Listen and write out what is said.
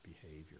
behavior